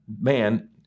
man